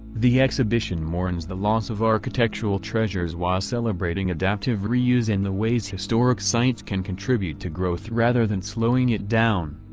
the exhibition mourns the loss of architectural treasures while celebrating adaptive reuse and the ways historic sites can contribute to growth rather than slowing it down.